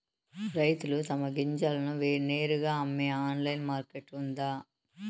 రైతులు తమ గింజలను నేరుగా అమ్మే ఆన్లైన్ మార్కెట్ ఉందా?